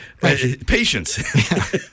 Patience